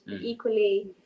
equally